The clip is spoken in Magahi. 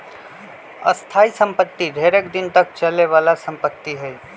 स्थाइ सम्पति ढेरेक दिन तक चले बला संपत्ति हइ